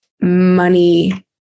money